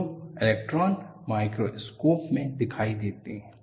वे electron microscope में दिखाई देते हैं